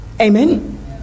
Amen